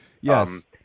yes